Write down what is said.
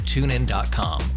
TuneIn.com